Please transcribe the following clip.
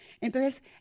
Entonces